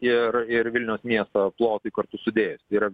ir ir vilniaus miesto plotui kartu sudėjus ir